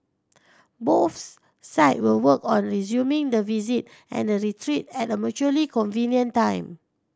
both side will work on resuming the visit and the retreat at a mutually convenient time